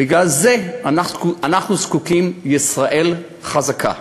בגלל זה אנחנו זקוקים לישראל חזקה.